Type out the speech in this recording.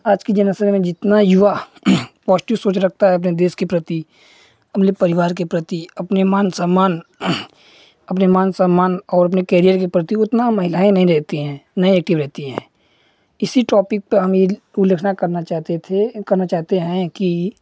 आज के जेनरेशन में जितना युवा पॉज़िटिव सोच रखता है अपने देश के प्रति अपने परिवार के प्रति अपने मान सम्मान अपने मान सम्मान और कैरियर के प्रति उतना महिलाएँ नहीं रखतीं नेगेटिव रहती हैं इसी टॉपिक पर हम यह उल्लेख़ उल्लेख़ना करना चाहते थे करना चाहते हैं कि